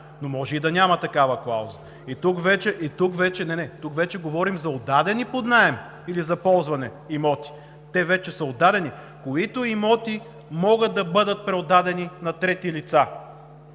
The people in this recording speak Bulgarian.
но може и да няма такава клауза. И тук вече говорим за имоти, отдадени под наем или за ползване, те вече са отдадени, които имоти могат да бъдат преотдадени на трети лица.